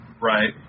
Right